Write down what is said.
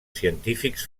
científics